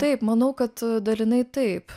taip manau kad dalinai taip